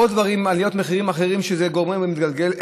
עוד עליות מחירים אחרות שהן מתגלגלות,